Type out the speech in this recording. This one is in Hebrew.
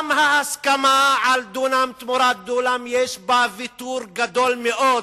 גם ההסכמה על דונם תמורת דונם יש בה ויתור גדול מאוד,